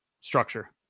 structure